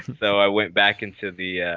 so i went back into the yeah